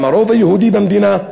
עם הרוב היהודי במדינה,